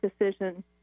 decision